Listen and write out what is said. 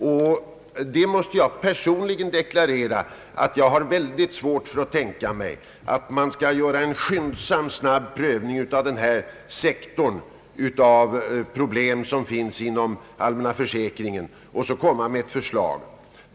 Jag måste personligen deklarera att jag har mycket svårt att tänka mig att man skall göra en skyndsam prövning av bara denna sektor av de problem som finns inom den allmänna försäkringen och lägga fram ett förslag om dessa.